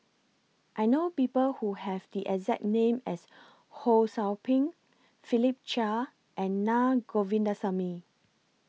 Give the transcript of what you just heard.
I know People Who Have The exact name as Ho SOU Ping Philip Chia and Naa Govindasamy